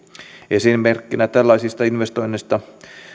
esimerkkeinä tällaisista investoinneista